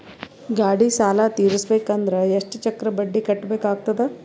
ಗಾಡಿ ಸಾಲ ತಿರಸಬೇಕಂದರ ಎಷ್ಟ ಚಕ್ರ ಬಡ್ಡಿ ಕಟ್ಟಬೇಕಾಗತದ?